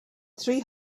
three